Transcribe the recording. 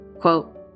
quote